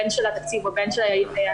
בין של התקציב ובין של התעסוקה,